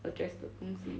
address 的东西